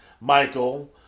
Michael